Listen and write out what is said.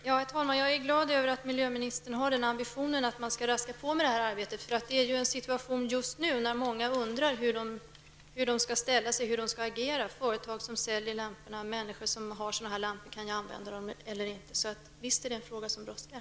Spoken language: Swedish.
Herr talman! Jag är glad över att miljöministern har den ambitionen att man skall raska på med det här arbetet. Det är en situation där många undrar hur de skall ställa sig, hur de skall agera. Det gäller bl.a. företagen som säljer lamporna och människorna som har dessa lampor. De undrar om de kan använda dem eller inte. Visst är det en fråga som brådskar.